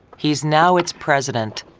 he's now its president.